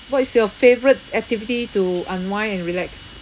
what is your favourite activity to unwind and relax